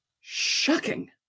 shocking